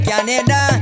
Canada